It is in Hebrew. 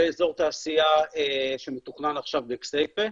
ואזור תעשייה שמתוכנן עכשיו בכסייפה.